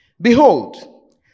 Behold